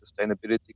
sustainability